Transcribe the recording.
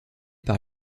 par